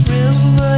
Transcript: River